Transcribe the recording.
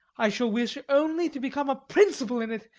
i shall wish only to become a principal in it,